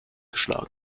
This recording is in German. geschlagen